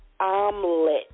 omelet